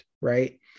right